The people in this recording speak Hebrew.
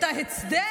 את ההצדק.